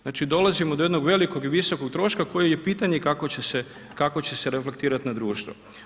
Znači dolazimo do jednog velikog i visokog troška koji je pitanje kako će reflektirati na društvo.